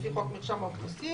לפי חוק מרשם האוכלוסין"